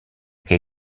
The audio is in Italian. che